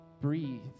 breathe